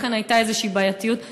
לכן הייתה איזושהי בעייתיות בפרסומת.